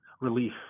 relief